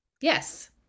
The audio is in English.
Yes